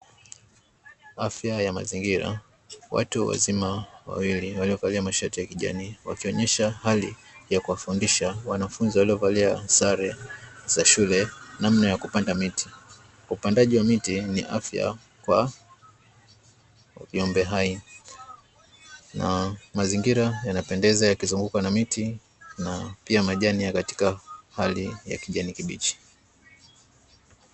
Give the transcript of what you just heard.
Afya ya mazingira. Watu wazima wawili waliovalia mashati ya kijani wakionyesha hali ya kuwafundisha wanafunzi waliovalia sare za shule namna ya kupanda miti ,upandaji wa miti ni afya kwa viumbe hai na mazingira yanapendeza yakizungukwa na miti na pia majani ya katika hali ya kijani kibichi.